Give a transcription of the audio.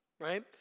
right